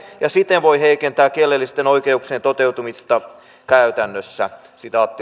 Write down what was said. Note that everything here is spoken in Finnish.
ja siten voi heikentää kielellisten oikeuksien toteutumista käytännössä